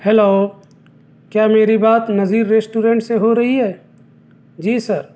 hello کیا میری بات نذیر ریسٹورنٹ سے ہو رہی ہے جی سر